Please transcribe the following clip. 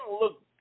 look